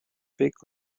big